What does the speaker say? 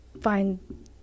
find